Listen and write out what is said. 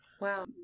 Wow